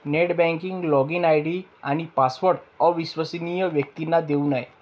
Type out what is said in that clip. net banking login ID आणि password अविश्वसनीय व्यक्तींना देऊ नये